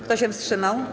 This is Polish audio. Kto się wstrzymał?